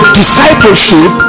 discipleship